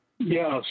Yes